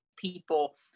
people